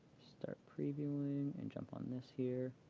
start previewing and jump on this here.